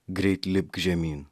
greit lipk žemyn